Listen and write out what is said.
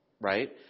right